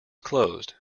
closed